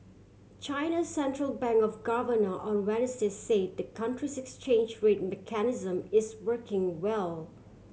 China central bank of governor on Wednesday say the country's exchange rate mechanism is working well